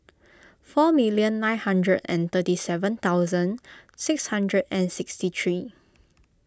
four million nine hundred and thirty seven thousand six hundred and sixty three